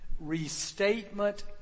Restatement